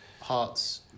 Hearts